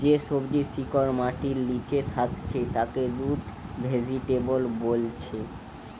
যে সবজির শিকড় মাটির লিচে থাকছে তাকে রুট ভেজিটেবল বোলছে